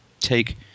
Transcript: take